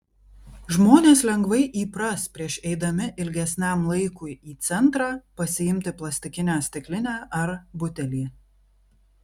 žmonės lengvai įpras prieš eidami ilgesniam laikui į centrą pasiimti plastikinę stiklinę ar butelį